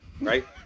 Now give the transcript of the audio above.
Right